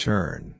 Turn